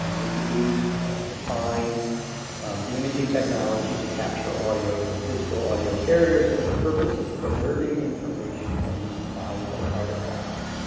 um introduced, refined the imaging technology to capture audio from physical audio carriers for the purpose of preserving information from these valuable artifacts.